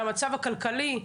מהמצב הכלכלי,